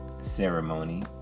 ceremony